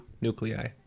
nuclei